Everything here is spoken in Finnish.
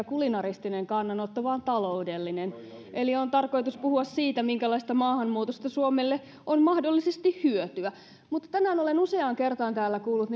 kulinaristinen kannanotto vaan taloudellinen eli on tarkoitus puhua siitä minkälaisesta maahanmuutosta suomelle on mahdollisesti hyötyä mutta tänään olen useaan kertaan täällä kuullut